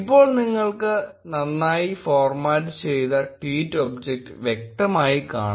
ഇപ്പോൾ നിങ്ങൾക്ക് നന്നായി ഫോർമാറ്റ് ചെയ്ത ട്വീറ്റ് ഒബ്ജക്റ്റ് വ്യക്തമായി കാണാം